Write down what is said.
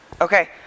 Okay